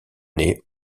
nez